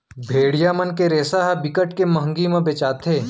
भेड़िया मन के रेसा ह बिकट के मंहगी म बेचाथे